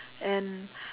and